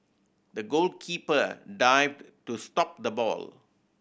the goalkeeper dived to stop the ball